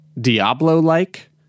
Diablo-like